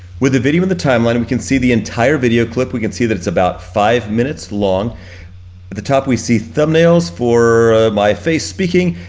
with the video in the timeline, we can see the entire video clip, we can see that it's about five minutes long. at the top, we see thumbnails for my face speaking,